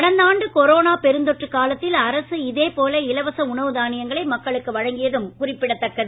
கடந்த ஆண்டு கொரோனா பெருந்தொற்று காலத்தில் அரசு இதே போல இலவச உணவு தானியங்களை மக்களுக்கு வழங்கியதும் குறிப்பிடதக்கது